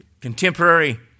Contemporary